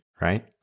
right